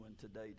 today